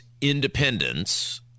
independence